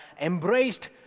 embraced